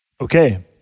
Okay